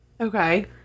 Okay